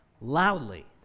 loudly